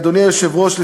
אדוני היושב-ראש,